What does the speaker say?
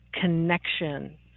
connection